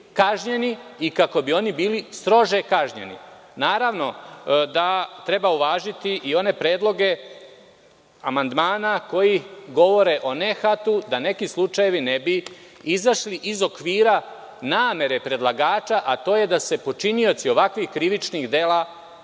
kažnjeni i kako bi oni bili strože kažnjeni. Naravno da treba uvažiti i one predloge amandmana koji govore o nehatu, da neki slučajevi ne bi izašli iz okvira namere predlagača, a to je da se počinioci ovakvih krivičnih dela